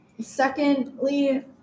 secondly